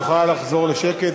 את יכולה לחזור לשקט,